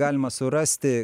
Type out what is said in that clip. galima surasti